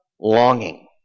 longing